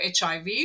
HIV